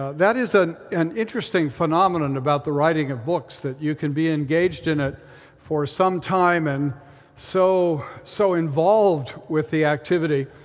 that is an an interesting phenomenon about the writing of books, that you can be engaged in it for sometime and so, so involved with the activity,